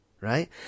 Right